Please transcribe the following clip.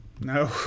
no